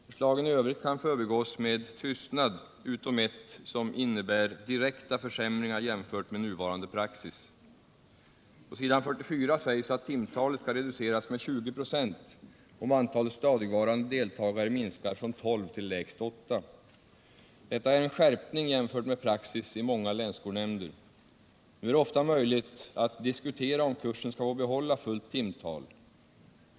Förslagen i övrigt kan förbigås med tystad — utom ett som innebär direkta försämringar jämfört med nuvarande praxis. På s. 44 sägs att timtalet skall reduceras med 20 96 om antalet stadigvarande deltagare minskar från 12 till lägst 8. Detta är en skärpning jämfört med praxis i många länsskolnämnder. Nu är det ofta möjligt att diskutera om kursen skall få behålla fullt timtal.